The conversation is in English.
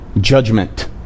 judgment